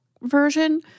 version